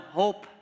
hope